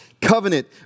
covenant